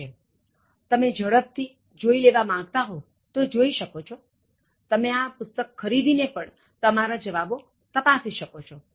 નું છે તમે ઝડપથી જોઈ લેવા માગતા હો તો જોઇ શકો છો તમે આ પુસ્તક ખરીદી ને પણ તમારા જવાબો તપાસી શકો છો